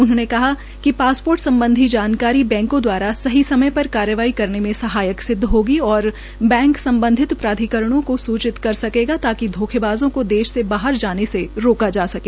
उन्होंने कहा कि पासपोर्ट सम्बधित जानकारी बैंको द्वारा सही समय पर कार्यवाई करने में सहायक सिदव होगी और बैंक सम्बधित प्राधिकरणों को सूचित कर सकेगा ताकि धोखेबाज़ों को देश के बाहर जाने से रोका जा सके